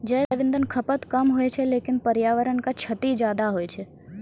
जैव इंधन खपत कम होय छै लेकिन पर्यावरण क क्षति ज्यादा होय छै